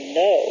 no